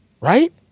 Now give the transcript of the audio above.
Right